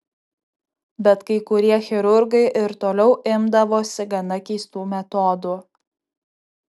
bet kai kurie chirurgai ir toliau imdavosi gana keistų metodų